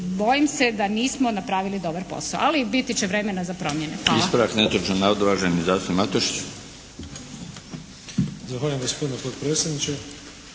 Bojim se da nismo napravili dobar posao. Ali biti će vremena za promjene. Hvala.